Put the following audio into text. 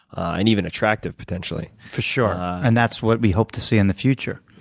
and even attractive potentially. for sure. and that's what we hope to see in the future.